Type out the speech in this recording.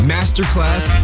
Masterclass